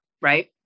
right